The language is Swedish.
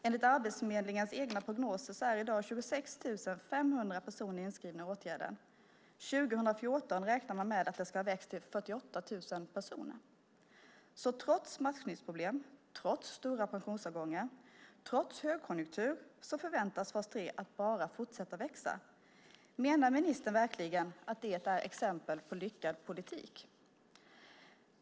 Enligt Arbetsförmedlingens egna prognoser är i dag 26 500 personer inskrivna i åtgärder. År 2014 räknar man med att antalet ska ha växt till 48 000 personer. Trots matchningsproblem, trots stora pensionsavgångar och trots högkonjunktur förväntas fas 3 att bara fortsätta växa. Menar ministern verkligen att det är exempel på lyckad politik?